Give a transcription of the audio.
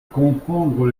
comprendre